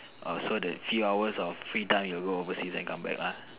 oh so the few hours of free time you go overseas and come back lah